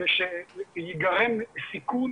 שייגרם סיכון